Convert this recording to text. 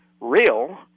real